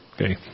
Okay